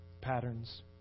patterns